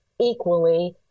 equally